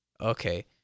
okay